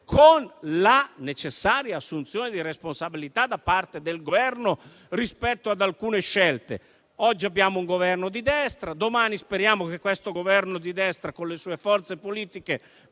con la necessaria assunzione di responsabilità da parte del Governo rispetto ad alcune scelte. Oggi abbiamo un Governo di destra, domani speriamo che questo Governo di destra con le sue forze politiche